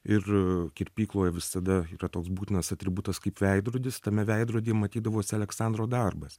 ir kirpykloje visada yra toks būtinas atributas kaip veidrodis tame veidrody matydavosi aleksandro darbas